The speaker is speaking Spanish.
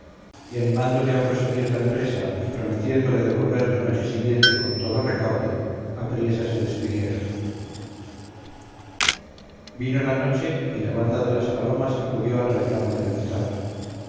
y animándole a proseguir la empresa y prometiéndole de volver la noche siguiente con todo recaudo apriesa se despidieron vino la noche y la banda de las palomas acudió al reclamo de la guitarra